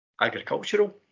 agricultural